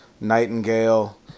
nightingale